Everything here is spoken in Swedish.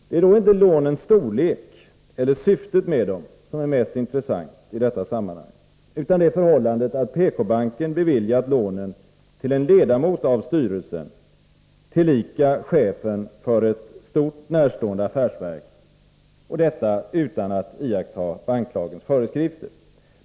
Det är då inte lånens storlek eller syftet med dem som är mest intressant i detta sammanhang, utan det förhållandet att banken beviljade lånen till en ledamot av styrelsen, tillika chef för ett stort, närstående affärsverk, och detta utan att iaktta banklagens föreskrifter.